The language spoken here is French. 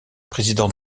président